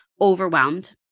overwhelmed